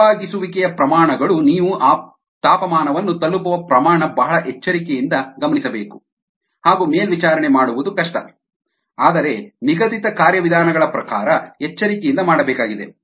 ತಂಪಾಗಿಸುವಿಕೆಯ ಪ್ರಮಾಣ ಗಳು ನೀವು ಆ ತಾಪಮಾನವನ್ನು ತಲುಪುವ ಪ್ರಮಾಣ ಬಹಳ ಎಚ್ಚರಿಕೆಯಿಂದ ಗಮನಿಸಬೇಕು ಹಾಗು ಮೇಲ್ವಿಚಾರಣೆ ಮಾಡುವುದು ಕಷ್ಟ ಆದರೆ ನಿಗದಿತ ಕಾರ್ಯವಿಧಾನಗಳ ಪ್ರಕಾರ ಎಚ್ಚರಿಕೆಯಿಂದ ಮಾಡಬೇಕಾಗಿದೆ